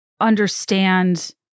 understand